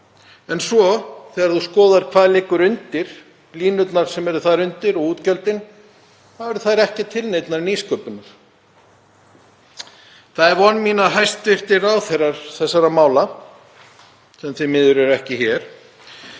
En svo þegar þú skoðar hvað liggur undir, línurnar sem eru þar undir og útgjöldin, þá er það ekki til neinnar nýsköpunar. Það er von mín að hæstv. ráðherrar þessara mála, sem því miður eru ekki hér,